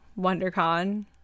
WonderCon